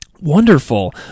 Wonderful